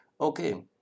Okay